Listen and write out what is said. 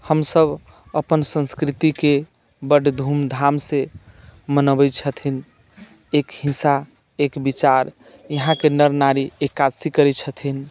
हमसभ अपन संस्कृतिके बड्ड धूमधामसे मनबै छथिन एक हिस्सा एक विचार यहाँके नर नारी एकादशी करैत छथिन